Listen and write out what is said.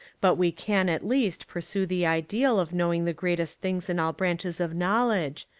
but we can at least pursue the ideal of knowing the greatest things in all branches of knowledge,